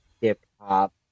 hip-hop